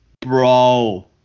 Bro